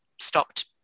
stopped